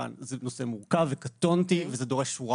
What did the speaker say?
כמובן שזה נושא מורכב וקטונתי וזה דורש שורה